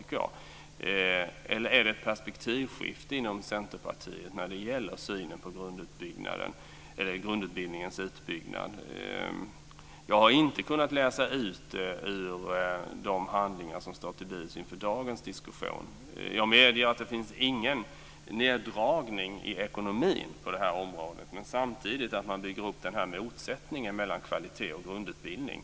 Eller finns det ett perspektivskifte inom Centerpartiet när det gäller synen på grundutbildningens utbyggnad? Jag har inte kunnat läsa ut detta ur de handlingar som står till buds inför dagens diskussion. Jag medger att det inte finns någon neddragning i ekonomin på området. Men samtidigt bygger man upp den här motsättningen mellan kvalitet och grundutbildning.